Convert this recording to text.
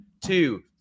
two